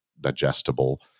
digestible